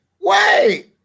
wait